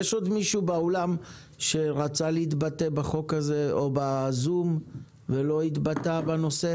יש עוד מישהו באולם שרצה להתבטא לגבי החוק הזה או בזום ולא התבטא בנושא?